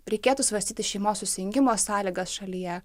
reikėtų svarstyti šeimos susijungimo sąlygas šalyje